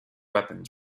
weapons